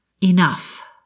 enough